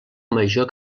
major